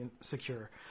secure